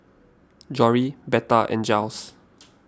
Jory Betha and Jiles